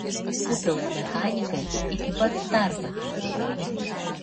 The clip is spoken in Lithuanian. pupiaus mechanikai iki pat starto keitė variklį